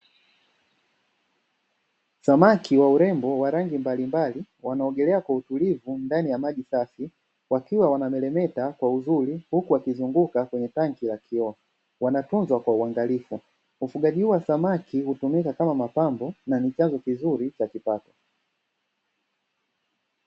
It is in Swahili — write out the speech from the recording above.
Samaki wa urembo wa rangi mbalimbali, wanaogelea kwa utulivu ndani ya maji safi, wakiwa wanamelemeta kwa uzuri huku waki zunguka kwenye tangi la kioo, wanatunzwa kwa uangalifu, ufugaji huu wa samaki hutumika kama mapambo na ni chanzo kizuri cha kipato.